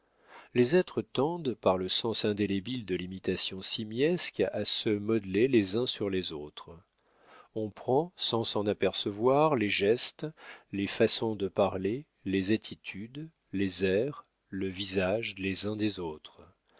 les êtres tendent par le sens indélébile de l'imitation simiesque à se modeler les uns sur les autres on prend sans s'en apercevoir les gestes les façons de parler les attitudes les airs le visage les uns des autres